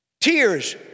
Tears